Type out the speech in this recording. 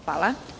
Hvala.